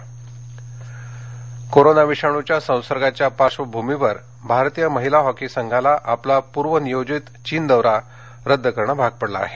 दौरा रद्द कोरोना विषाणूच्या संसर्गाच्या पार्श्वभूमीवर भारतीय महिला हॉकी संघाला आपला पूर्वनियोजित चीन दौरा रद्द करण भाग पडलं आहे